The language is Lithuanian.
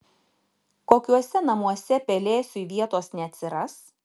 kokiuose namuose pelėsiui vietos neatsiras